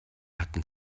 hatten